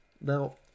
Now